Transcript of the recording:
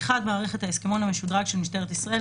מערכת "ההסכמון המשודרג" של משטרת ישראל,